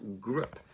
grip